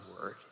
word